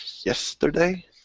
yesterday